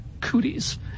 cooties